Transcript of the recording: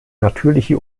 natürliche